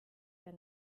der